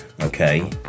okay